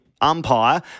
umpire